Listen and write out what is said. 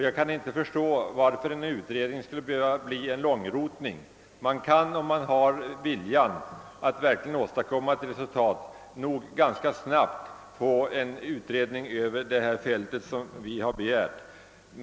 Jag kan inte förstå varför en utredning skulle behöva bli någon långrotning; om man verkligen har viljan att snabbt nå resultat kan man ganska snabbt verkställa en utredning på detta fält, såsom vi har begärt.